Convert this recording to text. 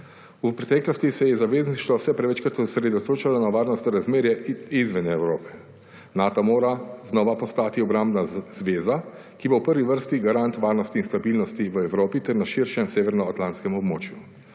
V preteklosti se je zavezništvo vse prevečkrat osredotočalo na varnostno razmerje izven Evrope. Nato mora znova postati obrambna zveza, ki bo v prvi vrsti garant varnostni stabilnosti v Evropi ter na širšem Severnoatlantskem območju.